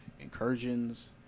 incursions